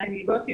מלגות אבחון,